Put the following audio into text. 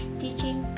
teaching